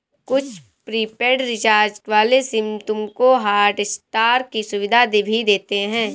कुछ prepaid recharge वाले SIM तुमको हॉटस्टार की सुविधा भी देते हैं